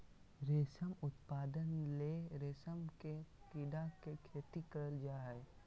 रेशम उत्पादन ले रेशम के कीड़ा के खेती करल जा हइ